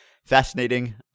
fascinating